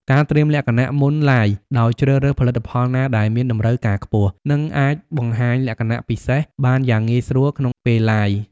ការត្រៀមលក្ខណៈមុន Live ដោយជ្រើសរើសផលិតផលណាដែលមានតម្រូវការខ្ពស់ និងអាចបង្ហាញលក្ខណៈពិសេសបានយ៉ាងងាយស្រួលក្នុងពេល Live។